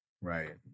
right